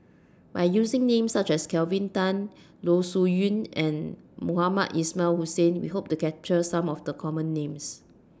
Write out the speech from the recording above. By using Names such as Kelvin Tan Loh Sin Yun and Mohamed Ismail Hussain We Hope to capture Some of The Common Names